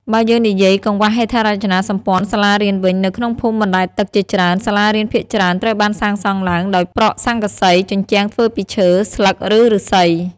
បើយើងនិយាយកង្វះហេដ្ឋារចនាសម្ព័ន្ធសាលារៀនវិញ នៅក្នុងភូមិបណ្តែតទឹកជាច្រើន សាលារៀនភាគច្រើនត្រូវបានសាងសង់ឡើងដោយប្រក់ស័ង្កសី ជញ្ជាំងធ្វើពីឈើ ស្លឹក ឬឫស្សី។